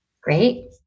Great